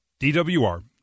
DWR